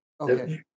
Okay